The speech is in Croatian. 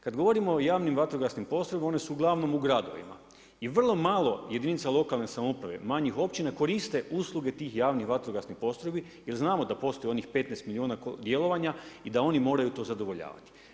Kad govorimo o javnim vatrogasnim postrojbama one su uglavnom u gradovima i vrlo malo jedinica lokalne samouprave i manjih općina koriste usluge tih javnih vatrogasnih postrojbi jer znamo da postoji onih 15 milijuna, djelovanja i da oni to moraju zadovoljavat.